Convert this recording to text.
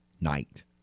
Night